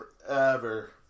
Forever